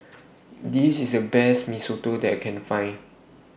This IS The Best Mee Soto that I Can Find